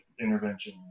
intervention